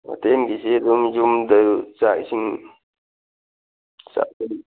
ꯍꯣꯇꯦꯜꯒꯤꯁꯤ ꯑꯗꯨꯝ ꯌꯨꯝꯗ ꯆꯥꯛ ꯏꯁꯤꯡ